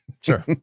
sure